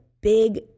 big